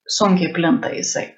sunkiai plinta jisai